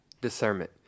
Discernment